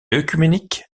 œcuménique